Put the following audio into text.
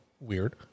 weird